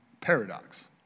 paradox